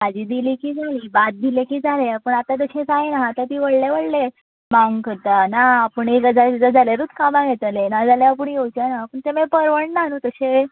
भाजी दिली की जाली भात दिले की जाले पूण आतां तशे काय ना व्हडले व्हडले मांग करता ना आपूण एक हजार दिले जाल्यारूच कामांक येतले ना जाल्यार आपूण येवचे ना पूण ते मागीर परवडना न्हू तशें